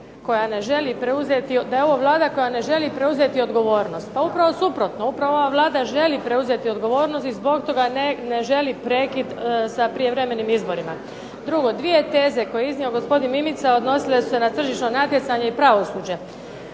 da je ovo Vlada koja ne želi preuzeti odgovornost. Pa upravo suprotno, upravo ova Vlada želi preuzeti odgovornost i zbog toga ne želi prekid sa prijevremenim izborima. Drugo, dvije teze koje je iznio gospodin Mimica odnosile su se na tržišno natjecanje i pravosuđe.